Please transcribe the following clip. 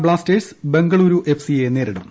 Blasters Bengaluru F C യെ നേരിടും